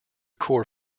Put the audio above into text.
core